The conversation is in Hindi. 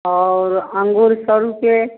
और अंगूर सौ रुपये